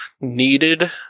needed